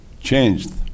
changed